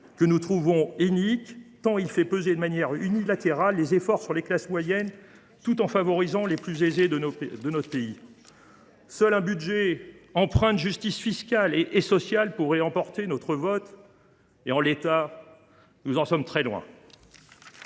que nous jugeons inique, car il fait peser les efforts exclusivement sur les classes moyennes tout en favorisant les plus aisés de notre pays. Seul un budget empreint de justice fiscale et sociale pourrait emporter notre vote. En l’état, nous en sommes très loin.